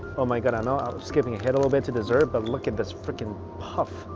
oh my god i know i'm skipping ahead a little bit to dessert but look at this freakin puff.